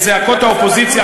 את זעקות האופוזיציה,